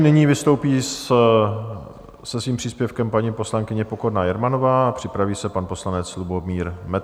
Nyní vystoupí se svým příspěvkem paní poslankyně Pokorná Jermanová a připraví se pan poslanec Lubomír Metnar.